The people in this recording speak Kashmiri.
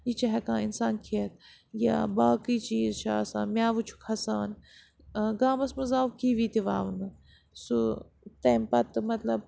یہِ چھِ ہٮ۪کان اِنسان کھٮ۪تھ یا باقٕے چیٖز چھِ آسان مٮ۪وٕ چھُ کھَسان گامَس منٛز آو کِوی تہِ وَونہٕ سُہ تٔمۍ پَتہٕ مطلب